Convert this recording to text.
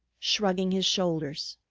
shrugging his shoulders.